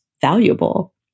valuable